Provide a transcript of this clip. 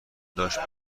داشت